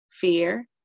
fear